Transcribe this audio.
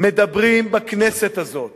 מדברים בכנסת הזאת